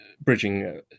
bridging